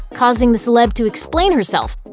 causing the celeb to explain herself.